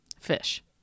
Fish